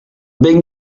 big